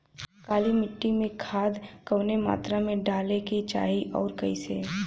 काली मिट्टी में खाद कवने मात्रा में डाले के चाही अउर कइसे?